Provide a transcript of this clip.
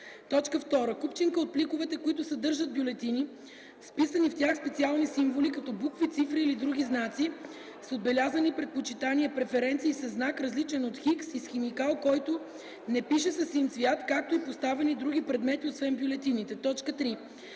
2. купчинка от пликовете, които съдържат бюлетини с вписани в тях специални символи като букви, цифри или други знаци, с отбелязани предпочитания (преференции) със знак, различен от „Х” и с химикал, който не пише със син цвят, както и поставени други предмети освен бюлетините; 3.